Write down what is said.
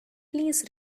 please